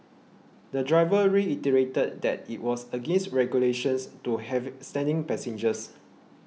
the driver reiterated that it was against regulations to have standing passengers